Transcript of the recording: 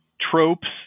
tropes